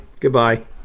goodbye